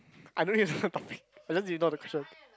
I don't need to know the topic I don't even know the question